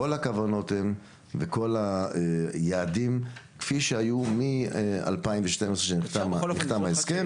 כל הכוונות הם וכל היעדים כפי שהיו מ- 2012 כשנחתם ההסכם.